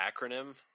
acronym